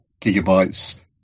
gigabytes